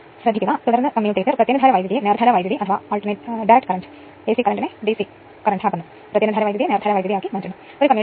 BC B അങ്ങനെയാണെങ്കിൽ അത് 2300 volt X 2 ഉം AC മുതൽ A വരെ C 11500 വോൾട്ടും ആണ്